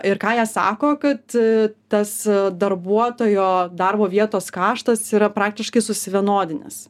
ir ką jie sako kad tas darbuotojo darbo vietos kaštas yra praktiškai susivienodinęs